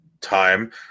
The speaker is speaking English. time